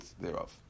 thereof